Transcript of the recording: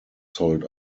sold